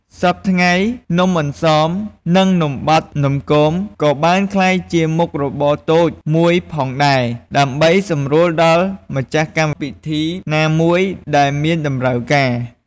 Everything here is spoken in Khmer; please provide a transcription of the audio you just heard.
សព្វថ្ងៃនំអន្សម និងនំបត់នំគម ក៏បានក្លាចជាមុខរបតូចមួយផងដែរ ដើម្បីសម្រួលដល់ម្ចាស់់កម្មពីធីណាមួយដែលមានតម្រូវការ។